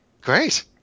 Great